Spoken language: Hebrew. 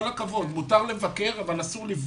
מותר לבקר אבל אסור לפגוע.